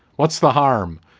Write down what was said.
what's the harm?